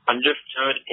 Understood